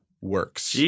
works